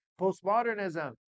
postmodernism